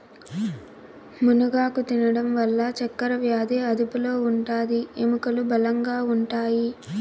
మునగాకు తినడం వల్ల చక్కరవ్యాది అదుపులో ఉంటాది, ఎముకలు బలంగా ఉంటాయి